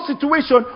situation